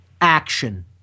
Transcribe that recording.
action